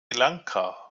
lanka